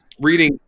reading